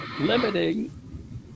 limiting